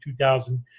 2000